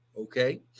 Okay